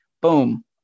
boom